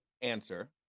answer